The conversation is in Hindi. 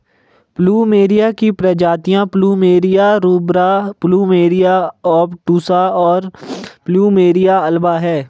प्लूमेरिया की प्रजातियाँ प्लुमेरिया रूब्रा, प्लुमेरिया ओबटुसा, और प्लुमेरिया अल्बा हैं